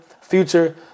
Future